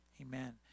amen